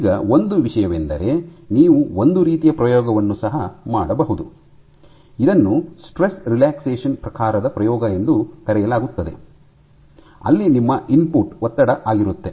ಈಗ ಒಂದು ವಿಷಯವೆಂದರೆ ನೀವು ಒಂದು ರೀತಿಯ ಪ್ರಯೋಗವನ್ನು ಸಹ ಮಾಡಬಹುದು ಇದನ್ನು ಸ್ಟ್ರೆಸ್ ರೇಲಾಕ್ಸ್ಯಾಷನ್ ಪ್ರಕಾರದ ಪ್ರಯೋಗ ಎಂದು ಕರೆಯಲಾಗುತ್ತದೆ ಅಲ್ಲಿ ನಿಮ್ಮ ಇನ್ಪುಟ್ ಒತ್ತಡ ಆಗಿರುತ್ತೆ